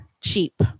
cheap